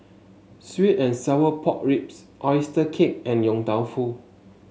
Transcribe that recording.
sweet and Sour Pork Ribs oyster cake and Yong Tau Foo